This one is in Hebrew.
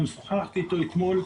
גם שוחחתי איתו אתמול.